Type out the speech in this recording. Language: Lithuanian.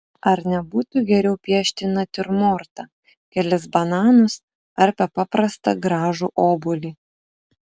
ar nebūtų geriau piešti natiurmortą kelis bananus arba paprastą gražų obuolį